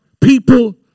people